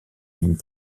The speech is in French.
ligne